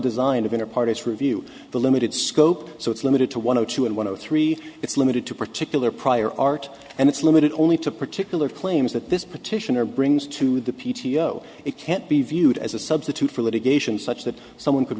inner parties review the limited scope so it's limited to one or two and one of three it's limited to particular prior art and it's limited only to particular claims that this petitioner brings to the p t o it can't be viewed as a substitute for litigation such that someone could